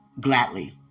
gladly